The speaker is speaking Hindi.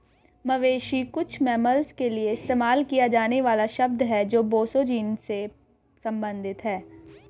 मवेशी कुछ मैमल्स के लिए इस्तेमाल किया जाने वाला शब्द है जो बोसो जीनस से संबंधित हैं